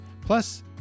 Plus